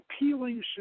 appealing